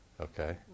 okay